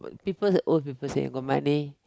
people the old people say got my name